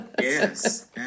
Yes